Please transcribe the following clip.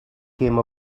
came